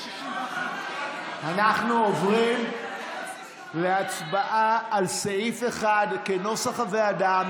אנחנו עוברים להצבעה על סעיף 1 כנוסח הוועדה.